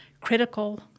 critical